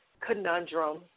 conundrum